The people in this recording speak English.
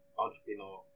entrepreneur